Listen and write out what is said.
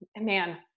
man